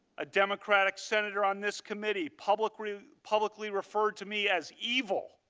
ah democratic senator on this committee, publicly publicly referred to me as evil.